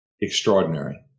Extraordinary